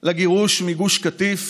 של הגירוש מגוש קטיף